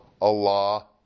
Allah